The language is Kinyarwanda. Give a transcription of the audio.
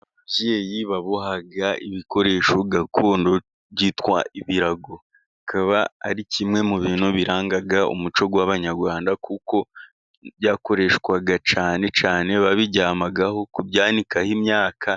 Ababyeyi baboha ibikoresho gakondo byitwa ibirago, bikaba ari kimwe mu bintu biranga umuco w'Abanyarwanda, kuko byakoreshwaga cyane cyane babiryamaho, ku byanikaho imyaka